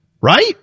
Right